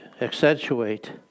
accentuate